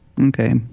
Okay